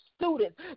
students